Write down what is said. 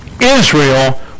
Israel